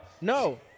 no